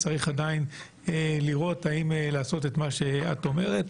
צריך לראות האם לעשות את מה שאת אומרת.